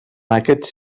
aquests